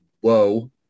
whoa